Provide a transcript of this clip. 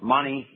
money